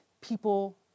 people